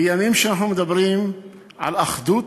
בימים שאנחנו מדברים על אחדות,